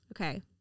Okay